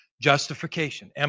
justification